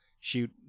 shoot